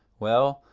well!